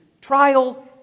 trial